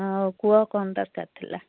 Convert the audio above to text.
ହଉ କୁହ କ'ଣ ଦରକାର୍ ଥିଲା